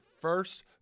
first